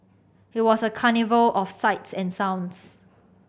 it was a carnival of sights and sounds